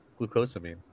glucosamine